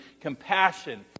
compassion